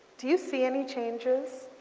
do you see any changes?